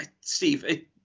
Steve